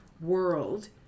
world